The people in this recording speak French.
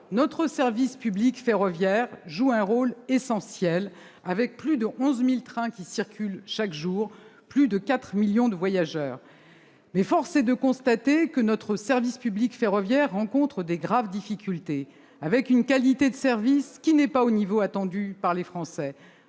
notre service public ferroviaire joue clairement un rôle essentiel, avec plus de 11 000 trains qui circulent chaque jour et plus de 4 millions de voyageurs. Mais force est de constater que ce service public rencontre de graves difficultés, avec une qualité de service qui n'est pas au niveau attendu par les Français,